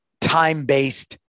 time-based